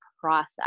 process